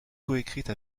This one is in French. coécrite